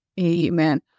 Amen